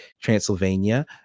Transylvania